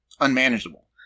unmanageable